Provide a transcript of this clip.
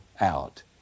out